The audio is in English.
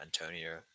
Antonio